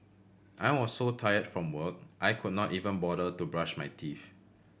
I was so tired from work I could not even bother to brush my teeth